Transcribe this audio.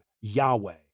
Yahweh